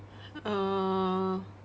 uh